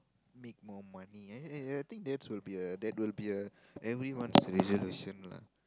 make more money eh eh I think that will be uh that will be uh everyone resolution lah